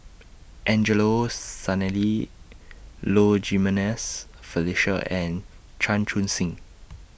Angelo Sanelli Low Jimenez Felicia and Chan Chun Sing